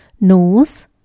nose